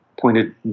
pointed